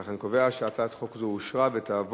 לפיכך אני קובע שהצעת חוק זו אושרה ותעבור,